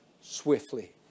swiftly